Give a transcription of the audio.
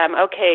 okay